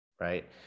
right